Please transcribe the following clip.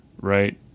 right